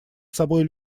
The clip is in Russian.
собой